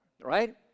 right